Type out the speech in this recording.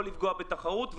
לא לפגוע בתחרות,